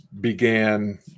began